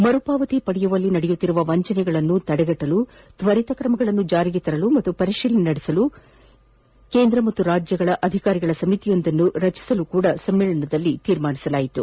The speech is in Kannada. ಮರುಪಾವತಿ ಪಡೆಯುವಲ್ಲಿ ನಡೆಯುತ್ತಿರುವ ವಂಚನೆಗಳನ್ನು ತಡೆಗಟ್ಟಲು ತ್ಸರಿತ ಕ್ರಮಗಳನ್ನು ಜಾರಿಗೆ ತರಲು ಹಾಗೂ ಪರಿಶೀಲನೆ ನಡೆಸವುದಕ್ಕೆ ಕೇಂದ್ರ ಹಾಗೂ ರಾಜ್ಯಗಳ ಅಧಿಕಾರಿಗಳ ಸಮಿತಿಯೊಂದನ್ನು ರಚಿಸಲು ಸಹ ಸಮ್ಮೇಳನದಲ್ಲಿ ನಿರ್ಣಯಿಸಲಾಯಿತು